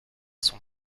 son